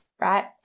Right